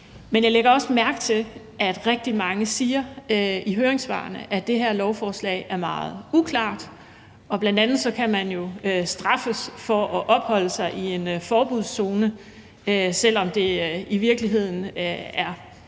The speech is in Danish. Men jeg lægger også mærke til, at rigtig mange siger i høringssvarene, at det her lovforslag er meget uklart. Bl.a. kan man jo straffes for at opholde sig i en forbudszone, selv om det i virkeligheden er